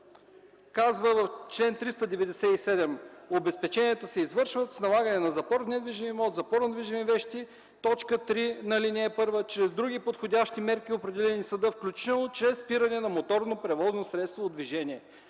казва в чл. 397: „обезпечението се извършва с налагане на запор на недвижимия имот, запор на недвижими вещи”. Точка 3 на ал. 1 – че други подходящи мерки, определени в съда, включително чрез спиране на моторно превозно средство от движение.